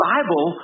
Bible